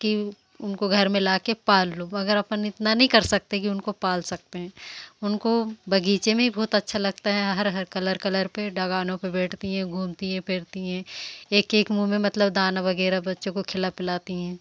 कि उनको घर में लाकर पाल लो मगर अपन इतना नहीं कर सकते कि उनको पाल सकते हैं उनको बगीचे में ही बहुत अच्छा लगता है हर हर कलर कलर पर डगानों पर बैठती हैं घूमती हैं फिरती हैं एक एक मुँह में मतलब दाना वगैरह बच्चों को खिला पिलाती हैं